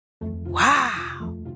Wow